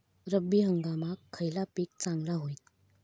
रब्बी हंगामाक खयला पीक चांगला होईत?